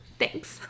thanks